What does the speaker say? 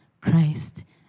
Christ